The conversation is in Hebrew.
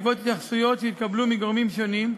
בעקבות התייחסויות שהתקבלו מגורמים שונים,